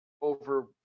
over